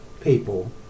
people